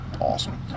awesome